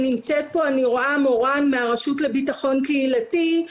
נמצאת פה מורן מהרשות לביטחון קהילתי,